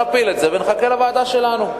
נפיל את זה ונחכה לוועדה שלנו.